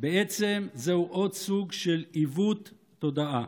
בעצם זהו עוד סוג של עיוות תודעה.